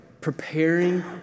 preparing